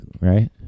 right